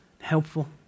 helpful